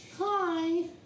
Hi